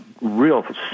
real